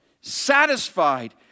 satisfied